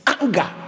anger